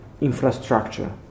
infrastructure